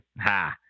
Ha